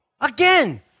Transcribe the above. again